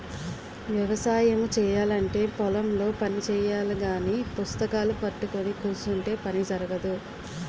వ్యవసాయము చేయాలంటే పొలం లో పని చెయ్యాలగాని పుస్తకాలూ పట్టుకొని కుసుంటే పని జరగదు